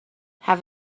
have